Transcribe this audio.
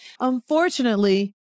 Unfortunately